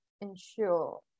ensure